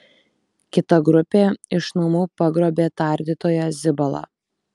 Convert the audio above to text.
kita grupė iš namų pagrobė tardytoją zibalą